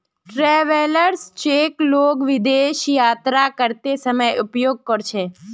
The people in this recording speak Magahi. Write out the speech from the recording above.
ट्रैवेलर्स चेक लोग विदेश यात्रा करते समय उपयोग कर छे